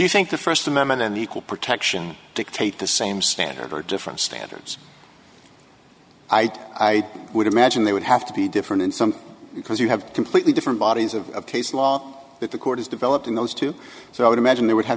you think the first amendment and the equal protection dictate the same standards or different standards i'd i would imagine they would have to be different in some because you have completely different bodies of case law that the court has developed in those two so i would imagine there would have